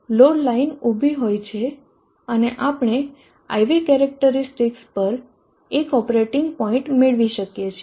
load line ઉભી હોય છે અને આપણે IV કેરેક્ટરીસ્ટિકસ પર એક ઓપરેટિંગ મેળવી શકીએ છીએ